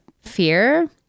fear